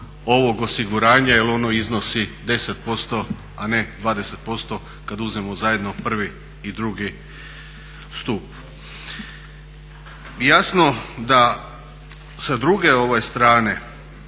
ovog osiguranja jer ono iznosi 10% a ne 20% kada uzmemo zajedno prvi i drugi stup. Jasno da sa druge strane